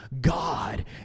God